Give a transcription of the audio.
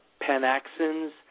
panaxins